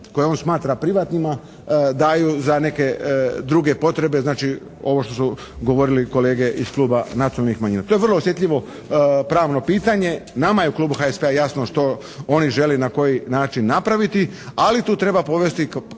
koje on smatra privatnima daju za neke druge potrebe. Znači ovo što su govorili kolege iz Kluba nacionalnih manjina. To je vrlo osjetljivo pravno pitanje. Nama je u Klubu HSP-a jasno što oni žele i na koji način napraviti, ali tu treba povesti